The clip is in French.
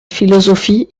philosophie